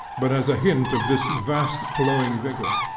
but as a hint of this vast-flowing vigor.